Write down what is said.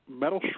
metal